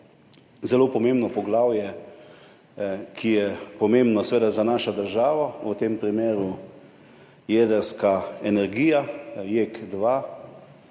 zelo pomembno poglavje, ki je pomembno za našo državo, v tem primeru jedrske energije, JEK2,